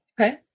Okay